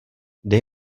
dej